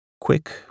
Quick